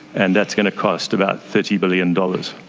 and that's going to cost about thirty billion dollars.